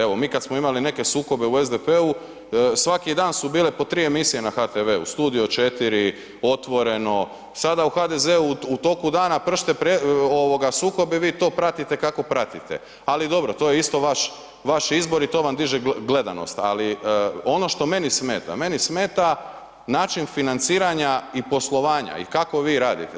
Evo mi kad smo imali neke sukobe u SDP-u, svaki dan su bile po tri emisije na HTV-u, Studio 4, Otvoreno, sada u HDZ-u u toku dana pršte sukobi, vi to pratite kako pratite, ali dobro, to je isto vaš izbor i to vam diže gledanost ali ono što meni smeta, meni smeta način financiranja i poslovanja i kako vi radite.